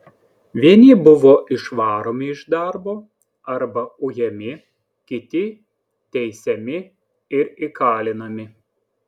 vieni buvo išvaromi iš darbo arba ujami kiti teisiami ir įkalinami